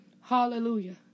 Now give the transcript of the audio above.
Hallelujah